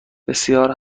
بسیار